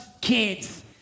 kids